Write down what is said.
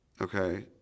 okay